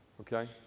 okay